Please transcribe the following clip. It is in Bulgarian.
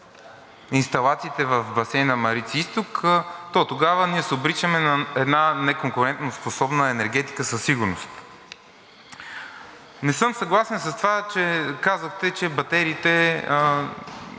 инсталациите в басейна „Марица изток“, то тогава се обричаме на една неконкурентоспособна енергетика със сигурност. Не съм съгласен с това, че казахте, че батериите